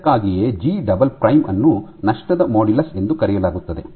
ಇದಕ್ಕಾಗಿಯೇ G double prime ಅನ್ನು ನಷ್ಟದ ಮಾಡ್ಯುಲಸ್ ಎಂದು ಕರೆಯಲಾಗುತ್ತದೆ